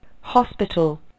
Hospital